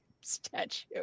statue